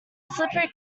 slippery